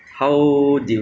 uh viruses ah